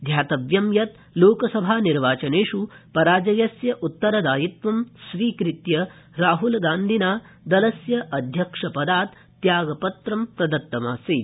ध्यातव्यमस्ति यत् लोकसभानिर्वाचनेष् पराजयस्य उत्तरदायित्वं स्वीकृत्य राहुलगान्धिना दलस्य अध्यक्षपदात् त्यागपत्रं प्रदत्तमासीत्